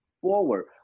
forward